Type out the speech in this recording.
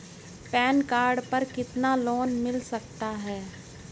Pan card पर कितना loan मिल सकता है?